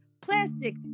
plastic